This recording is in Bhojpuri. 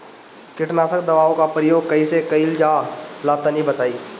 कीटनाशक दवाओं का प्रयोग कईसे कइल जा ला तनि बताई?